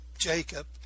Jacob